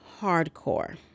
hardcore